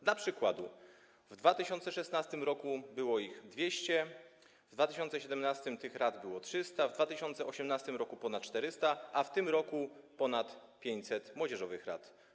Dla przykładu w 2016 r. było ich 200, w 2017 r. tych rad było 300, w 2018 r. - ponad 400, a w tym roku jest ponad 500 młodzieżowych rad.